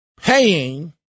paying